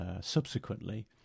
subsequently